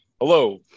Hello